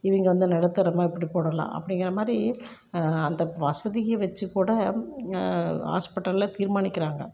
இவங்க வந்து நடுத்தரமா இப்படி போடலாம் அப்படிங்கற மாதிரி அந்த வசதியை வெச்சு கூட ஹாஸ்பிட்டலில் தீர்மானிக்கிறாங்க